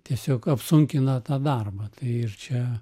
tiesiog apsunkina tą darbą tai ir čia